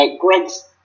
Greg's